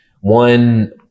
one